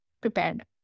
prepared